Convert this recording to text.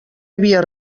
havia